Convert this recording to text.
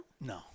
No